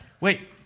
Wait